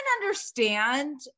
understand